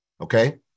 okay